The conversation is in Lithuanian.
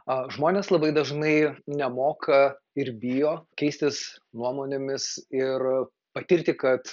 a žmonės labai dažnai nemoka ir bijo keistis nuomonėmis ir patirti kad